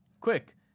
Quick